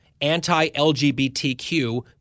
anti-LGBTQ